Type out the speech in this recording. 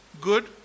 good